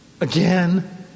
again